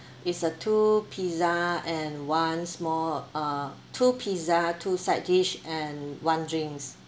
it's a two pizza and one small uh two pizza two side dish and one drinks